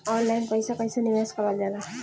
Online पईसा कईसे निवेश करल जाला?